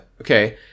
okay